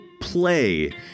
play